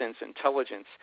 intelligence